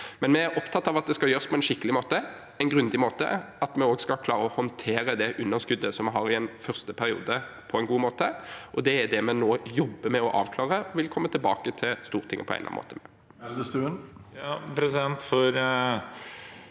Vi er opptatt av at det skal gjøres på en skikkelig og grundig måte, og at vi skal klare å håndtere det underskuddet vi har i en første periode, på en god måte. Det er det vi nå jobber med å avklare og vil komme tilbake til Stortinget med på egnet måte.